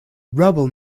rubble